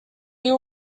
you